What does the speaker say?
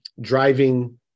driving